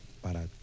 para